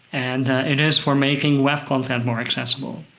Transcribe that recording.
and it is for making web content more accessible.